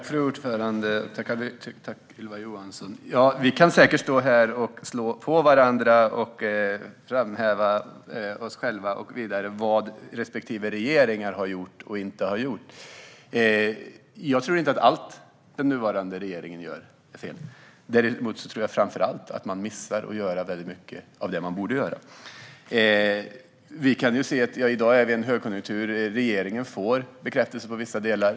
Fru talman! Tack, Ylva Johansson! Vi kan säkert stå här och slå på varandra och framhäva oss själva när det gäller vad respektive regeringar har gjort och inte har gjort. Jag tror inte att allt den nuvarande regeringen gör är fel. Däremot tror jag att man framför allt missar att göra mycket av det man borde göra. I dag är vi i en högkonjunktur, och vi kan se att regeringen får bekräftelse för vissa delar.